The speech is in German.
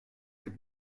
gibt